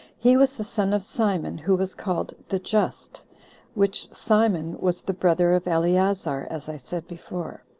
he was the son of simon, who was called the just which simon was the brother of eleazar, as i said before.